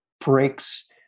breaks